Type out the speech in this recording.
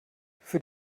für